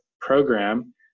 program